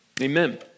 Amen